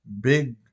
big